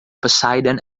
poseidon